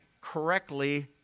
correctly